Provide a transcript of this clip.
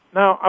now